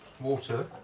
water